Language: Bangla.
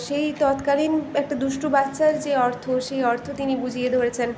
সেই তৎকালীন একটা দুষ্টু বাচ্চার যে অর্থ সেই অর্থ তিনি বুঝিয়ে ধরেছেন